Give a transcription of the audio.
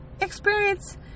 experience